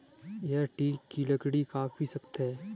यह टीक की लकड़ी काफी सख्त है